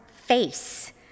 face